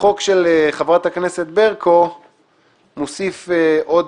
החוק של חברת הכנסת ברקו מוסיף עוד